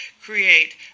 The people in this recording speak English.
Create